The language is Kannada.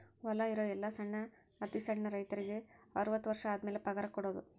ಹೊಲಾ ಇರು ಎಲ್ಲಾ ಸಣ್ಣ ಅತಿ ಸಣ್ಣ ರೈತರಿಗೆ ಅರ್ವತ್ತು ವರ್ಷ ಆದಮ್ಯಾಲ ಪಗಾರ ಕೊಡುದ